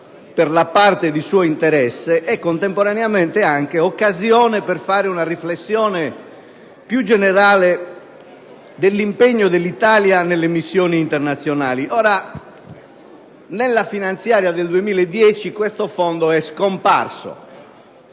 per la parte di suo interesse e, contemporaneamente, l'occasione per fare una riflessione più generale sull'impegno dell'Italia nelle missioni internazionali. Ora, nella finanziaria per il 2010 questo Fondo è scomparso.